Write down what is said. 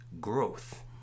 growth